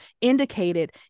indicated